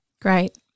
Great